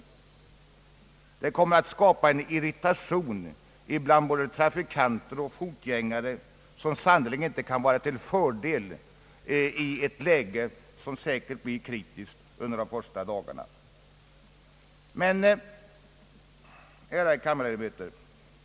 Detta kommer att skapa en irritation bland både trafikanter och fotgängare som sannerligen inte kan vara till fördel i ett läge som säkerligen blir kritiskt under de första dagarna.